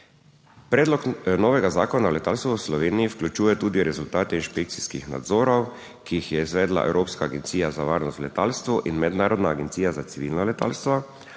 Predlog novega zakona o letalstvu v Sloveniji vključuje tudi rezultate inšpekcijskih nadzorov, ki jih je izvedla Evropska agencija za varnost v letalstvu in mednarodna agencija za civilno letalstvo